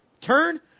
Turn